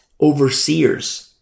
overseers